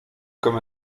comme